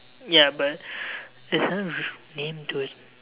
ya but it's some name to it